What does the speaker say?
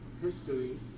history